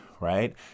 right